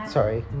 Sorry